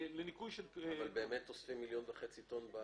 האם אוספים מיליון וחצי טון?